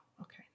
okay